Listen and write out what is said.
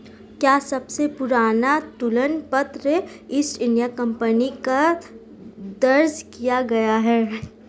क्या सबसे पुराना तुलन पत्र ईस्ट इंडिया कंपनी का दर्ज किया गया है?